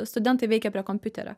studentai veikia prie kompiuterio